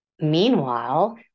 Meanwhile